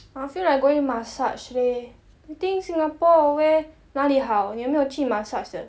I feel like going massage leh you think singapore where 哪里好你有没有去 massage 的